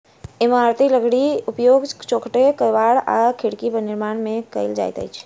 इमारती लकड़ीक उपयोग चौखैट, केबाड़ आ खिड़कीक निर्माण मे कयल जाइत अछि